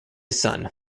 son